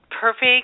perfect